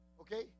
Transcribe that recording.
Okay